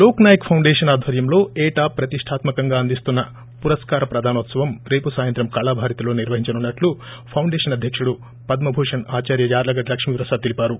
Lok Nayak foundation ఆధ్వర్యంలో ఏటా ప్రతిష్ణాత్మ కంగా అందిస్తున్న పురస్కార ప్రధానోత్సవం రేపు సాయంత్రం కళాభారతిలో నిర్వహించనున్నట్లు ఫౌండేషన్ అధ్యకుడు పద్మభూషణ్ ఆచార్వ యార్షగడ్డ లక్ష్మీప్రసాద్ తెలివారు